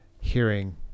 hearing